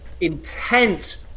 intent